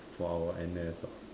for our N_S ah